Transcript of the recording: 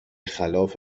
خلاف